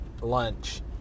lunch